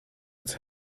its